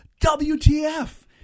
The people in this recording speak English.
WTF